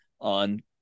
on